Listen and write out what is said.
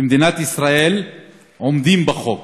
במדינת ישראל עומדות בחוק.